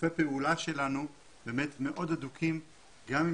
שיתופי הפעולה שלנו באמת מאוד הדוקים גם עם